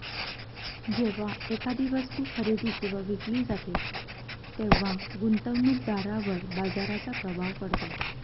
जेव्हा एखादी वस्तू खरेदी किंवा विकली जाते तेव्हा गुंतवणूकदारावर बाजाराचा प्रभाव पडतो